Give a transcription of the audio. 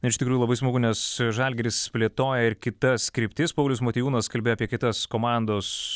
iš tikrųjų labai smagu nes žalgiris plėtoja ir kitas kryptis paulius motiejūnas kalbėjo apie kitas komandos